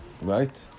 right